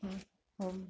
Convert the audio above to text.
ही हो